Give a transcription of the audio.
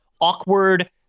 awkward